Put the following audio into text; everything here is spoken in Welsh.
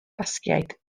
basgiaid